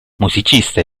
musicista